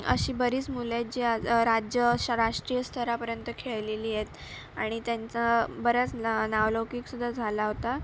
अशी बरीच मुलं आहेत जी आज राज्य अशा राष्ट्रीय स्तरापर्यंत खेळलेली आहेत आणि त्यांचं बऱ्याच ना नावलौकिक सुद्धा झाला होता